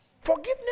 Forgiveness